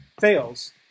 fails